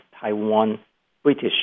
Taiwan-British